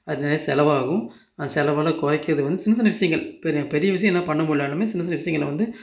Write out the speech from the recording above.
அது நிறைய செலவாகும் நான் செலவெல்லாம் குறைக்கிறதுக்கு வந்து சின்னச் சின்ன விஷயங்கள் பெ பெரிய விஷயம் என்னால் பண்ண முடிலனாலுமே சின்னச் சின்ன விஷயங்கள வந்து